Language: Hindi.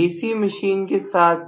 DC मशीन के साथ